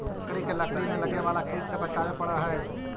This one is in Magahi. लकड़ी के लकड़ी में लगे वाला कीट से बचावे पड़ऽ हइ